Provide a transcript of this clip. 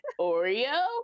Oreo